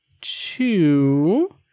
two